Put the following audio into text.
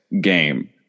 game